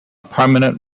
permanent